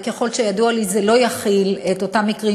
ככל שידוע לי זה לא יכיל את אותם מקרים,